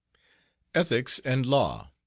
ethics and law.